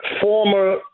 former